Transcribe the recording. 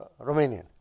Romanian